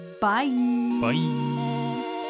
bye